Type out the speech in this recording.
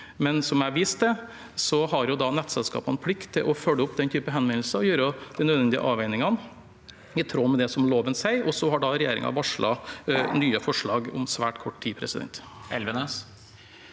kom. Som jeg viste til, har nettselskapene plikt til å følge opp den type henvendelser og gjøre de nødvendige avveiningene i tråd med det som loven sier, og så har regjeringen varslet nye forslag om svært kort tid. Hårek